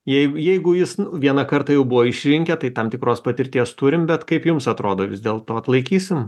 jei jeigu jis vieną kartą jau buvo išrinkę tai tam tikros patirties turim bet kaip jums atrodo vis dėlto atlaikysim